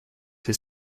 his